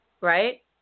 Right